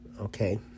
Okay